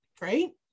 right